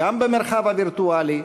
גם במרחב הווירטואלי,